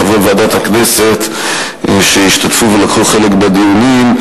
לחברי ועדת הכנסת שהשתתפו ולקחו חלק בדיונים,